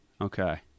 okay